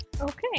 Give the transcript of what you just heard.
Okay